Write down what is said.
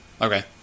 Okay